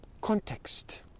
context